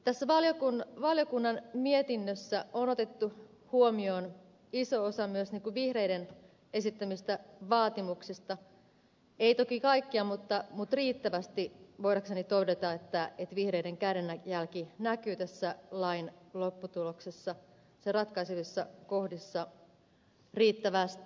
tässä valiokunnan mietinnössä on otettu huomioon iso osa myös vihreiden esittämistä vaatimuksista ei toki kaikkia mutta riittävästi voidakseni todeta että vihreiden kädenjälki näkyy tässä lain lopputuloksessa sen ratkaisevissa kohdissa riittävästi